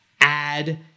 add